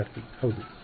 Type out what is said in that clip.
ವಿದ್ಯಾರ್ಥಿ ಹೌದು